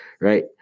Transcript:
right